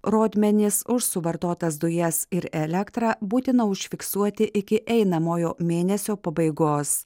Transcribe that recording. rodmenys už suvartotas dujas ir elektrą būtina užfiksuoti iki einamojo mėnesio pabaigos